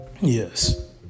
Yes